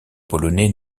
polonais